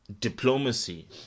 Diplomacy